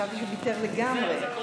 חשבתי שהוא ויתר לגמרי.